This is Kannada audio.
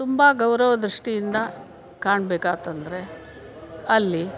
ತುಂಬ ಗೌರವ ದೃಷ್ಟಿಯಿಂದ ಕಾಣ್ಬೇಕು ಆಯ್ತಂದ್ರೆ ಅಲ್ಲಿ